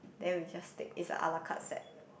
then we just take is a alakat set